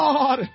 God